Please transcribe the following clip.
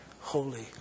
holy